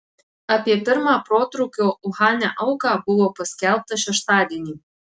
apie pirmą protrūkio uhane auką buvo paskelbta šeštadienį